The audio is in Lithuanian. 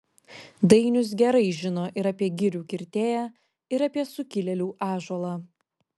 dainius gerai žino ir apie girių kirtėją ir apie sukilėlių ąžuolą